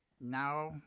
now